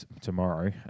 tomorrow